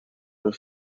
have